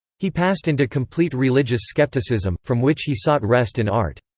he passed into complete religious scepticism, from which he sought rest in art.